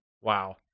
Wow